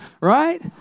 right